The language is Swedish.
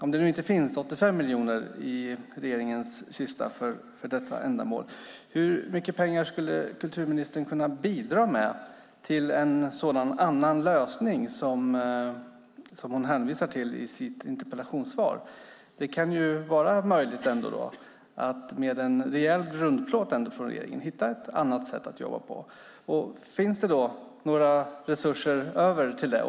Om det nu inte finns 85 miljoner i regeringens kista för detta ändamål blir frågan: Hur mycket pengar skulle kulturministern kunna bidra med till en sådan annan lösning som hon hänvisar till i sitt interpellationssvar? Det kan vara möjligt att med en rejäl grundplåt från regeringen hitta ett annat sätt att jobba på. Finns det några resurser över till det?